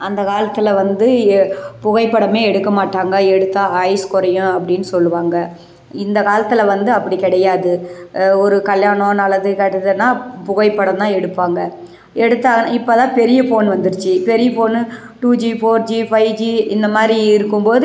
அந்த காலத்தில் வந்து புகைப்படமே எடுக்கமாட்டாங்க எடுத்தால் ஆயிசு குறையும் அப்டின்னு சொல்வாங்க இந்த காலத்தில் வந்து அப்படி கிடையாது ஒரு கல்யாணம் நல்லது கெட்டதுனா புகைப்படந்தான் எடுப்பாங்க எடுத்தால் இப்போதான் பெரிய ஃபோன் வந்துடுச்சி பெரிய phone two G four G five G இந்தமாதிரி இருக்கும்போது